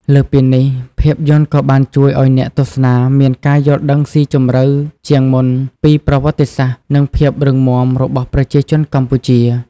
លើសពីនេះ ភាពយន្តក៏បានជួយឲ្យអ្នកទស្សនាមាន ការយល់ដឹងស៊ីជម្រៅជាងមុនពីប្រវត្តិសាស្ត្រ និងភាពរឹងមាំ របស់ប្រជាជនកម្ពុជា។